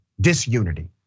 disunity